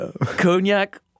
Cognac